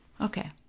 Okay